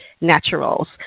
Naturals